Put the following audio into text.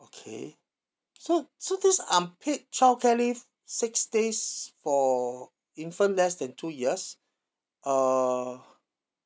okay so so this unpaid childcare leave six days for infant less than two years uh